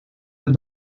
per